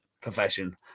profession